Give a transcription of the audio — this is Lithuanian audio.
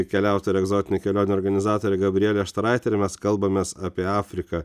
keliautoja ir egzotinių kelionių organizatorė gabrielė štaraitė ir mes kalbamės apie afriką